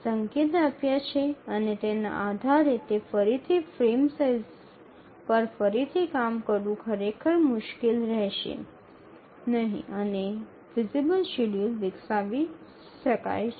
સંકેત આપ્યા છે અને તેના આધારે તે ફરીથી ફ્રેમની સાઇઝ પર ફરીથી કામ કરવું ખરેખર ખૂબ મુશ્કેલ રહેશે નહીં અને ફિઝિબલ શેડ્યૂલ વિકસાવી શકાય છે